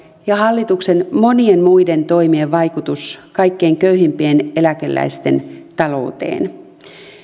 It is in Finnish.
ja hallituksen monien muiden toimien vaikutus kaikkein köyhimpien eläkeläisten talouteen